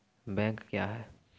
Bank क्या हैं?